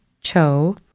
Cho